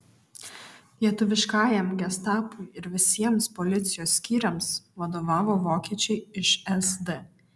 lietuviškajam gestapui ir visiems policijos skyriams vadovavo vokiečiai iš sd